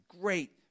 Great